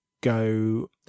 go